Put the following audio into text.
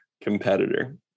competitor